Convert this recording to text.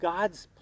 God's